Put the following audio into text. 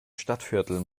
stadtviertel